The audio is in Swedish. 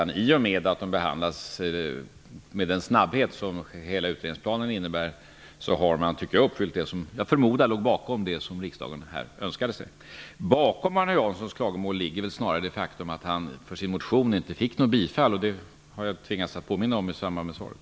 I och med att de behandlas med den snabbhet som hela utredningsplanen innebär tycker jag att man har uppfyllt det som jag förmodar låg bakom det som riksdagen önskade sig. Bakom Arne Janssons klagomål ligger väl sna rare det faktum att han för sin motion inte fick nå got bifall. Det har jag tvingats påminna om i sam band med svaret.